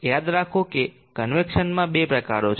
યાદ રાખો કે કન્વેક્શનમાં બે પ્રકારો છે